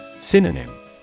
Synonym